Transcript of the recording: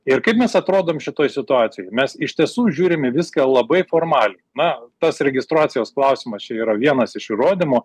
ir kaip mes atrodom šitoj situacijoj mes iš tiesų žiūrime į viską labai formaliai na tas registracijos klausimas čia yra vienas iš įrodymų